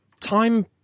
Time